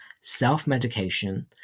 self-medication